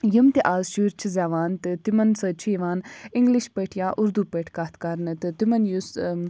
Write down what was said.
یِم تہِ اَز شُرۍ چھِ زیٚوان تہٕ تِمن سٍتۍ چھُ یِوان اِنٛگلِش پٲٹھۍ یا اُردو پٲٹھۍ کَتھ کرنہٕ تہٕ تِمن یُس